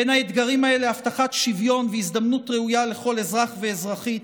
בין האתגרים האלה: הבטחת שוויון והזדמנות ראויה לכל אזרח ואזרחית,